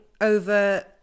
over